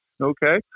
Okay